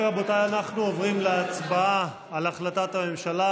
רבותיי, אנחנו עוברים להצבעה על החלטת הממשלה.